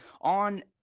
on